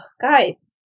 guys